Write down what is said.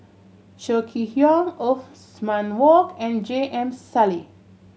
Chong Kee Hiong Othman Wok and J M Sali